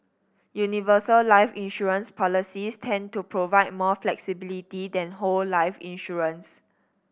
universal life insurance policies tend to provide more flexibility than whole life insurance